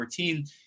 2014